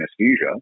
anesthesia